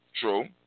True